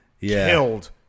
killed